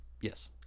Yes